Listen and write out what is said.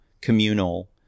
communal